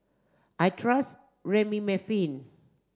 I trust Remifemin